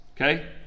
Okay